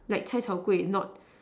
like cai-tao-kway not